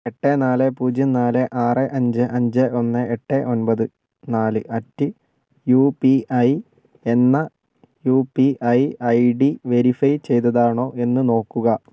എട്ട് നാല് പൂജ്യം നാല് ആറ് അഞ്ച് അഞ്ച് ഒന്ന് എട്ട് ഒമ്പത് നാല് അറ്റ് യു പി ഐ എന്ന U P I I D verify ചെയ്തതാണോ എന്ന് നോക്കുക